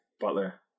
Butler